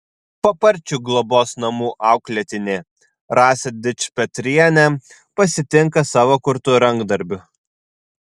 paparčių globos namų auklėtinė rasą dičpetrienę pasitinka savo kurtu rankdarbiu